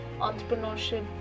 entrepreneurship